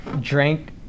drank